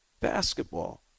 basketball